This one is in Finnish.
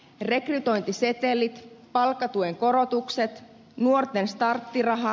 rekrytointisetelit palkkatuen korotukset nuorten starttiraha